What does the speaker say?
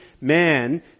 man